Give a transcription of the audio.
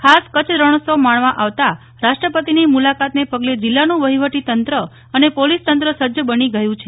ખાસ કચ્છ રણોત્સવ માણવા આવતા રાષ્ટ્રપતિની મુલાકાતને પગલે જીલ્લાનું વહીવટી તંત્ર અને પોલીસ તંત્ર સજજ બની ગયા છે